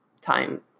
time